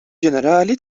ġenerali